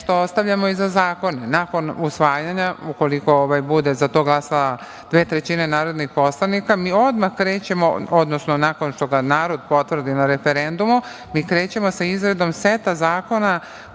nešto ostavljamo i za zakone. Nakon usvajanja, ukoliko za to bude glasalo dve trećine narodnih poslanika, mi odmah krećemo, odnosno nakon što ga narod potvrdi na referendumu, mi krećemo sa izradom seta zakona